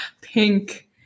Pink